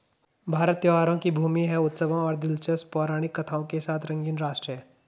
भारत त्योहारों की भूमि है, उत्सवों और दिलचस्प पौराणिक कथाओं के साथ रंगीन राष्ट्र है